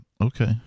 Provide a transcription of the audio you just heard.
Okay